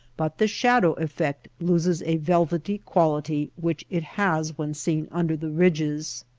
but the shadow effect loses a velvety quality which it has when seen under the ridges.